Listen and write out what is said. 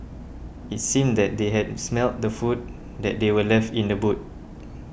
it seemed that they had smelt the food that they were left in the boot